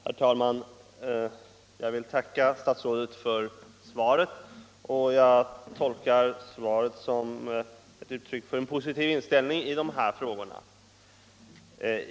Herr talman! Jag tackar statsrådet för svaret, vars innehåll jag tolkar som uttryck för en positiv inställning i de här frågorna.